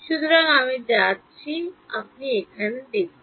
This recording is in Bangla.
সুতরাং আমি যাচ্ছি সুতরাং আসুন এখানে দেখুন